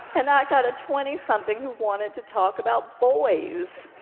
and i got a twentysomething who wanted to talk about boys.